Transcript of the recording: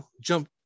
jump